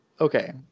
Okay